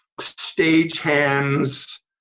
stagehands